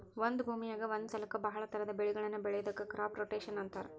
ಒಂದ ಭೂಮಿಯಾಗ ಒಂದ ಸಲಕ್ಕ ಬಹಳ ತರಹದ ಬೆಳಿಗಳನ್ನ ಬೆಳಿಯೋದಕ್ಕ ಕ್ರಾಪ್ ರೊಟೇಷನ್ ಅಂತಾರ